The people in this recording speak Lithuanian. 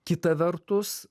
kita vertus